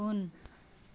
उन